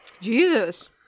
Jesus